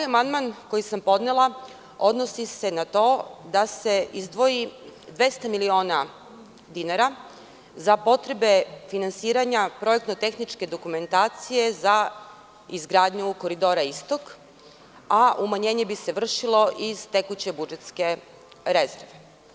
Amandman koji sam podnela odnosi se na to da se izdvoji 200 miliona dinara za potrebe finansiranja projektno-tehničke dokumentacije za izgradnju Koridora Istok, a umanjenje bi se vršilo iz tekuće budžetske rezerve.